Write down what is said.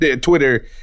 Twitter